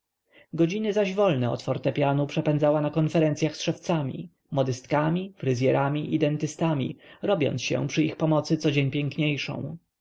godziny zaś wolne od fortepianu przepędzała na konferencyach z szewcami modystkami fryzjerami i dentystami robiąc się przy ich pomocy codzień piękniejszą